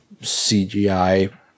CGI